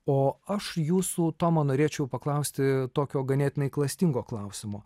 o aš jūsų toma norėčiau paklausti tokio ganėtinai klastingo klausimo